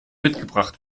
mitgebracht